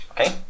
Okay